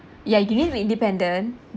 ya you give me my independent